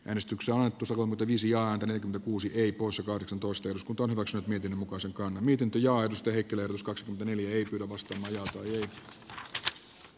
menestyksen oletus on toki sijaan kuusi kei poissa kahdeksan kosteus kunto on se miten lukuisatkaan miten tilaa kehittelee uskosta neliöitä vasten hän joutui a